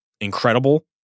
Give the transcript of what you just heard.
incredible